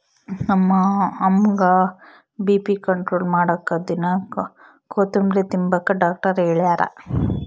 ನಮ್ಮ ಅಮ್ಮುಗ್ಗ BP control ಮಾಡಾಕ ದಿನಾ ಕೋತುಂಬ್ರೆ ತಿಂಬಾಕ ಡಾಕ್ಟರ್ ಹೆಳ್ಯಾರ